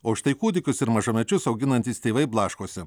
o štai kūdikius ir mažamečius auginantys tėvai blaškosi